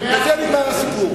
בזה נגמר הסיפור.